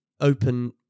open